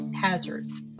hazards